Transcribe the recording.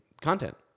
content